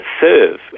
serve